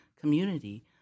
community